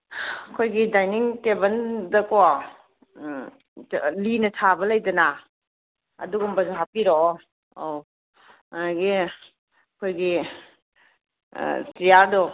ꯑꯩꯈꯣꯏꯒꯤ ꯗꯥꯏꯅꯤꯡ ꯇꯦꯕꯜꯗꯀꯣ ꯂꯤꯅ ꯁꯥꯕ ꯂꯩꯗꯅ ꯑꯗꯨꯒꯨꯝꯕꯁꯨ ꯍꯥꯞꯄꯤꯔꯛꯑꯣ ꯑꯧ ꯑꯗꯒꯤ ꯑꯩꯈꯣꯏꯒꯤ ꯆꯤꯌꯥꯔꯗꯣ